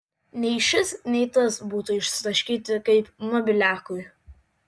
nei šis nei tas būtų išsitaškyti kaip mobiliakui